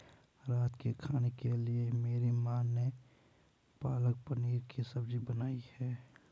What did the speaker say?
रात के खाने के लिए मेरी मां ने पालक पनीर की सब्जी बनाई है